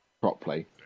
properly